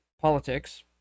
politics